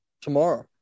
tomorrow